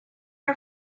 are